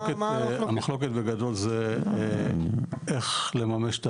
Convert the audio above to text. המחלוקת בגדול זה איך לממש את